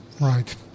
Right